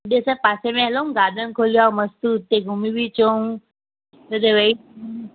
ॾिसु पासे में हलऊं गार्डन खुलियो आ मस्त उते घुमी बि अचऊं उते वही